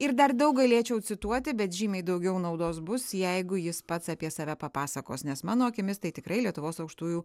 ir dar daug galėčiau cituoti bet žymiai daugiau naudos bus jeigu jis pats apie save papasakos nes mano akimis tai tikrai lietuvos aukštųjų